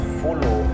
follow